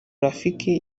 rafiki